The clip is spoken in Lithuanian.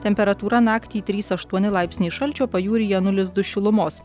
temperatūra naktį trys aštuoni laipsniai šalčio pajūryje nulis du šilumos